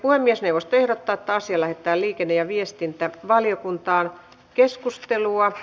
puhemiesneuvosto ehdottaa että asia lähetetään liikenne ja viestintävaliokuntaan